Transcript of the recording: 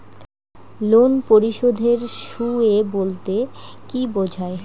Loan পরিশোধের সূএ বলতে কি বোঝায়?